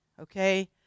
okay